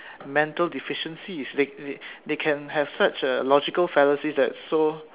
mental deficiencies they they can have such a logical fallacies that so